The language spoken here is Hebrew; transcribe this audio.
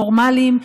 נורמליים,